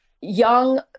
young